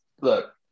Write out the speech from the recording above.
look